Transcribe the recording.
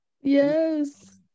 Yes